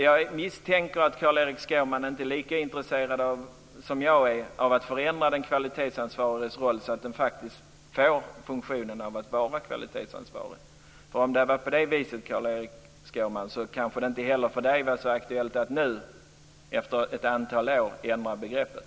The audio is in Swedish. Jag misstänker att Carl Erik Skårman inte är lika intresserad som jag är av att förändra den kvalitetsansvariges roll så att han faktiskt får funktionen av att vara kvalitetsansvarig. Om det hade varit på det viset, Carl-Erik Skårman, hade det kanske inte heller för dig varit så aktuellt att nu efter ett antal år ändra begreppet.